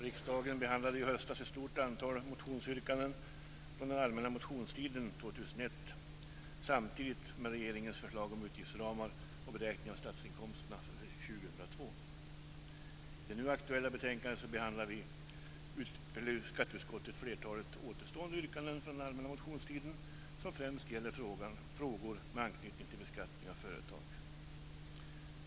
Riksdagen behandlade i höstas ett stort antal motionsyrkanden från den allmänna motionstiden 2001 samtidigt med regeringens förslag om utgiftsramar och beräkning av statsinkomsterna för 2002. I det nu aktuella betänkandet behandlar skatteutskottet flertalet återstående yrkanden från den allmänna motionstiden som främst gäller frågor med anknytning till beskattning av företag.